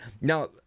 Now